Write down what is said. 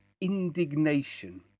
indignation